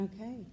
okay